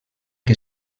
que